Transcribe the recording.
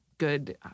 Good